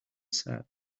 said